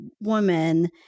woman